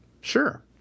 Sure